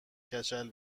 کچل